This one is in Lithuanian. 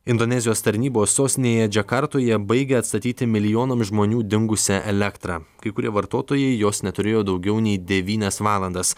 indonezijos tarnybos sostinėje džakartoje baigė atstatyti milijonams žmonių dingusią elektrą kai kurie vartotojai jos neturėjo daugiau nei devynias valandas